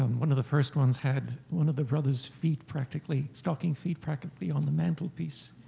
um one of the first ones had one of the brother's feet practically, stocking feet, practically on the mantelpiece.